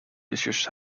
issues